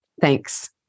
Thanks